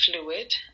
fluid